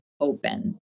open